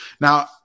Now